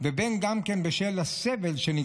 בין משום שעל פי ההערכות מדובר באלפי